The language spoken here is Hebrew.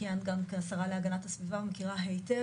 שכיהנת גם כשרת להגנת הסביבה ומכירה היטב